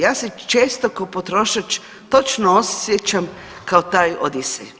Ja se često kao potrošač točno osjećam kao taj Odisej.